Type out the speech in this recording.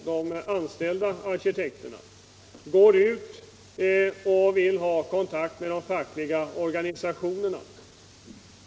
De anställda arkitekterna vill ha kontakt med de fackliga organisationerna.